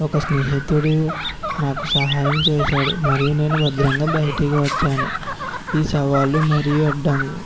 ఒక స్నేహితుడు నాకు సహాయం చేసాడు మరియు నేను భద్రంగా బయటకు వచ్చాను ఈ సవాళ్లు మరియు అడ్డం